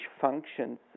functions